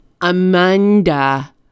Amanda